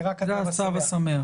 זה התו השמח.